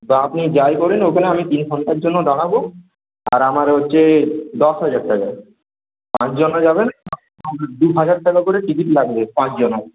বা আপনি যাই করেন ওখানে আমি তিন ঘণ্টার জন্য দাঁড়াব আর আমার হচ্ছে দশ হাজার টাকা পাঁচ জনে যাবেন দু হাজার টাকা করে টিকিট লাগবে পাঁচ জনার